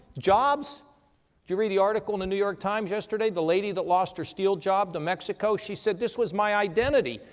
jobs did you read the article in the new york times yesterday, the lady that lost her steel job to mexico? she said this was my identity.